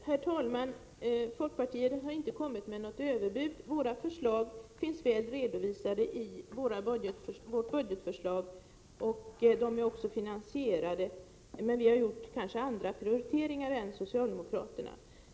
Herr talman! Folkpartiet har inte kommit med något överbud. Våra förslag finns klart redovisade i vårt budgetförslag, och de är alltså finansierade. Men vi har kanske gjort andra prioriteringar än socialdemokraterna.